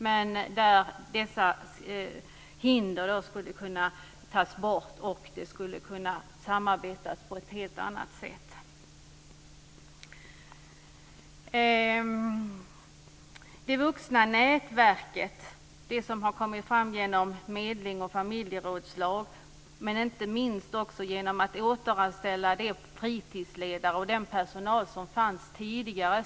Men då skulle dessa hinder kunna tas bort och man skulle kunna samarbeta på ett helt annat sätt. Det vuxna nätverket växer fram genom medling och familjerådslag, men inte minst genom att man återanställer de fritidsledare och den personal som fanns tidigare.